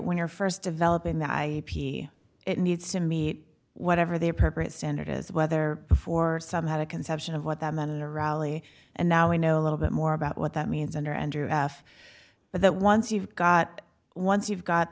when you're first developing that i it needs to meet whatever the appropriate standard is whether before some had a conception of what that meant in a rally and now we know a little bit more about what that means under andrew half but that once you've got once you've got